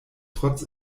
trotz